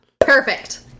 Perfect